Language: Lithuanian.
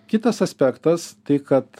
kitas aspektas tai kad